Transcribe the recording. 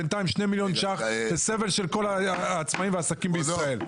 בינתיים שני מיליון ₪ זה סבל של כול העצמאים והעסקים בישראל.